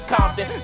Compton